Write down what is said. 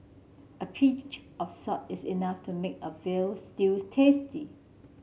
a pinch of salt is enough to make a veal stew tasty